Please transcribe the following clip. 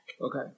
Okay